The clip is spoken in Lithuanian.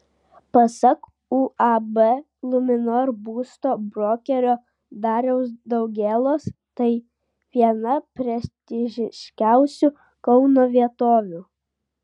pasak uab luminor būsto brokerio dariaus daugėlos tai viena prestižiškiausių kauno vietovių